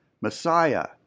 Messiah